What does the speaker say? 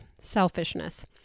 selfishness